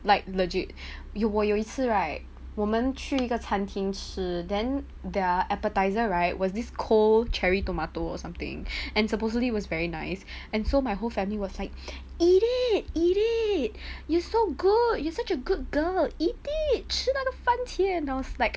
like legit you 我有一次 right 我们去一个餐厅吃 then their appetiser right was this cold cherry tomato or something and supposedly was very nice and so my whole family was like eat it eat it you so good you such a good girl eat it 吃那个番茄 and I was like